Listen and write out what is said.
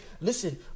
Listen